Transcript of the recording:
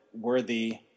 worthy